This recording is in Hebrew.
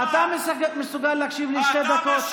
אתה מסוגל להקשיב לי שתי דקות?